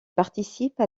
participe